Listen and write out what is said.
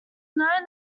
known